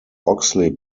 oxley